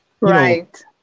right